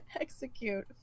Execute